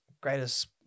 greatest